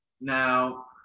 now